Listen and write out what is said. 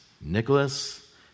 Nicholas